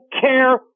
care